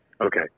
okay